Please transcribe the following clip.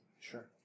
Sure